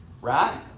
Right